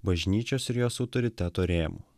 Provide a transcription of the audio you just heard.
bažnyčios ir jos autoriteto rėmų